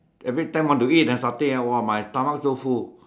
everytime want to eat ah satay !wah! my stomach so full